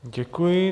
Děkuji.